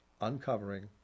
uncovering